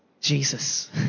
Jesus